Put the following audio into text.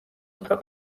უფრო